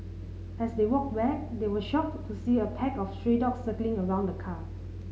as they walked back they were shocked to see a pack of stray dogs circling around the car